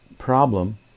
problem